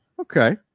Okay